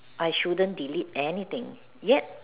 I shouldn't believe anything yet